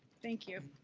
thank you.